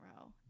row